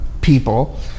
people